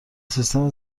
سیستم